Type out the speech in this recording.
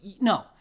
no